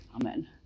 Amen